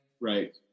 Right